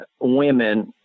women